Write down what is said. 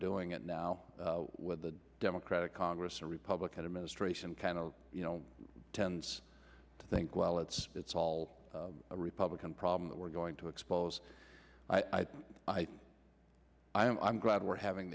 doing it now with a democratic congress a republican administration kind of you know tends to think well it's it's all a republican problem that we're going to expose i think i'm glad we're having